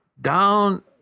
down